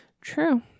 True